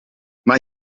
mae